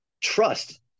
trust